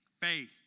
Faith